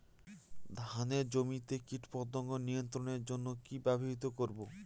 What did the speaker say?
ধানের জমিতে কীটপতঙ্গ নিয়ন্ত্রণের জন্য কি ব্যবহৃত করব?